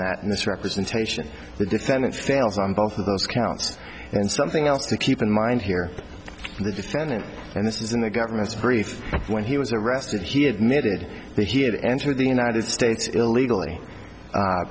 that misrepresentation the defendant fails on both of those counts and something else to keep in mind here the defendant and this is in the government's brief when he was arrested he admitted that he had entered the united states illegally